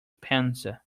panza